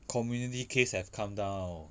community case have come down